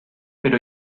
pero